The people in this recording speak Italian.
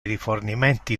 rifornimenti